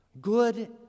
good